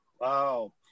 Wow